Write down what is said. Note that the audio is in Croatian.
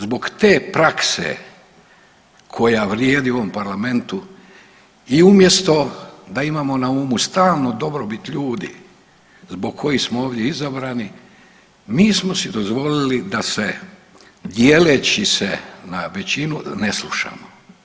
Zbog te prakse koja vrijedi u ovom Parlamentu, i umjesto da imamo na umu stalno dobrobit ljudi, zbog kojih smo ovdje izabrani, mi smo si dozvolili da se dijeleći se na većinu, ne slušamo.